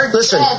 listen